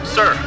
Sir